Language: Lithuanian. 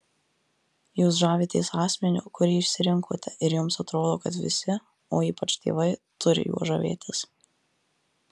jūs žavitės asmeniu kurį išsirinkote ir jums atrodo kad visi o ypač tėvai turi juo žavėtis